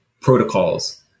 protocols